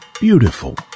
beautiful